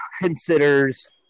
considers